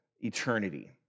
eternity